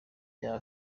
yaba